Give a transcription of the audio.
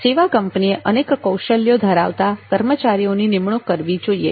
સેવા કંપનીએ અનેક કૌશલ્યો ધરાવતા કર્મચારીઓની નિમણુક કરવી જોઈએ